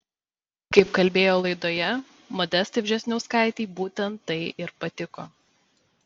kaip kalbėjo laidoje modestai vžesniauskaitei būtent tai ir patiko